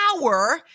power